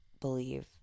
believe